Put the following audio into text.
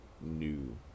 new